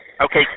Okay